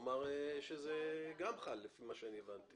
זה אומר שאם יהיו רביזיות אנחנו נתכנס בשעה